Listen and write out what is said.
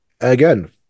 again